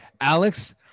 Alex